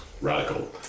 Radical